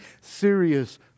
serious